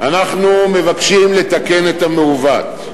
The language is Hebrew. אנחנו מבקשים לתקן את המעוות.